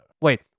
Wait